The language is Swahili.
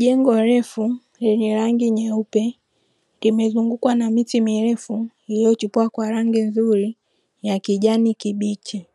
Jengo refu lenye rangi nyeupe limezungukwa na miti mirefu iliyochipua kwa rangi nzuri ya kijani kibichi,